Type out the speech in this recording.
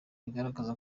bigaragaza